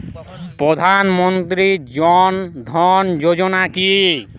প্রধান মন্ত্রী জন ধন যোজনা কি?